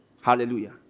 Hallelujah